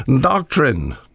Doctrine